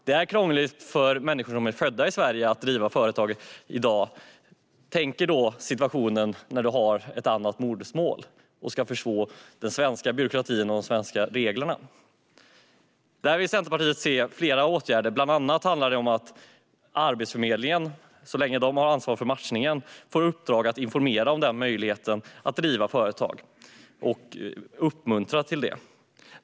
Det är krångligt för människor som är födda i Sverige att driva företag i dag. Tänk er då situationen då man har ett annat modersmål och ska förstå den svenska byråkratin och de svenska reglerna! Centerpartiet vill se flera åtgärder här. Det handlar bland annat om att Arbetsförmedlingen - så länge den har ansvar för matchningen - får i uppdrag att informera om möjligheten att driva företag och uppmuntra till detta.